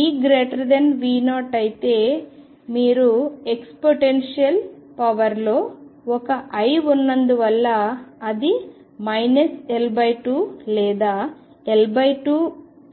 EV0 అయితే మీరు exponential పవర్లో ఒక i ఉన్నందువలన అది L2 లేదా L2